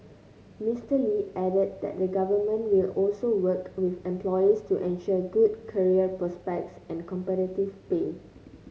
Mister Lee added that the Government will also work with employers to ensure good career prospects and competitive pay